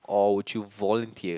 or would you volunteer